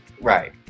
Right